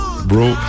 bro